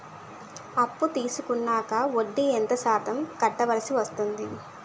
అప్పు తీసుకున్నాక వడ్డీ ఎంత శాతం కట్టవల్సి వస్తుంది?